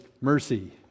mercy